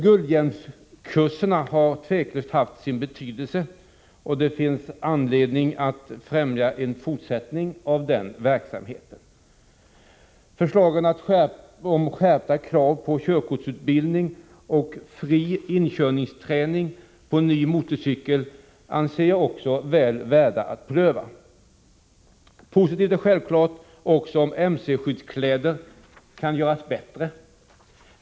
Guldhjälmskurserna har tveklöst haft stor betydelse. Det finns anledning att främja en fortsättning av den verksamheten. Förslagen om skärpta krav för körkortsutbildning och fri inkörningsträning på ny motorcykel anser jag också väl värda att pröva. Det är självfallet också positivt om mcskyddskläderna kan göras bättre.